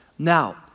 Now